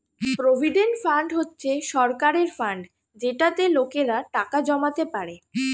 provident fund হচ্ছে সরকারের fund যেটাতে লোকেরা টাকা জমাতে পারে